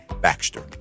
Baxter